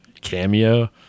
cameo